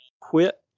quit